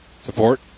support